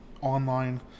online